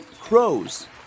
crows